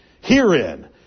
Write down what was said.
Herein